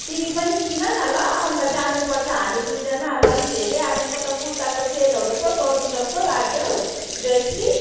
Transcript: तिमी पनि किन न ल अन्त जानुपर्छ हामी दुईजना अन्त अलिक धेरै अब म त कुर्ताको सेलहरू पो गरौँ जस्तो पो लाग्यो हौ जयश्री